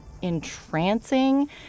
entrancing